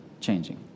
changing